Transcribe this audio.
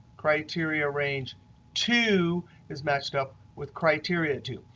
criteria range two is matched up with criteria two.